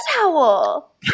towel